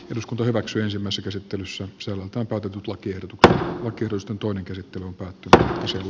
eduskunta hyväksyi ensimmäisen käsittelyssä se on tapa tutustua kiertää luokitusta toinen käsittely on pääosin